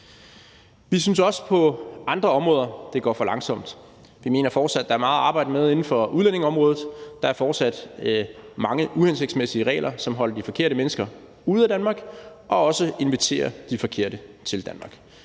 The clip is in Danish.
Vi synes også, at det går for langsomt på andre områder. Vi mener fortsat, at der er meget at arbejde med inden for udlændingeområdet. Der er fortsat mange uhensigtsmæssige regler, som holder de forkerte mennesker ude af Danmark og inviterer de forkerte til Danmark.